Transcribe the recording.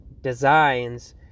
designs